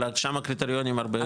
אבל שמה הקריטריונים הרבה יותר נוקשים.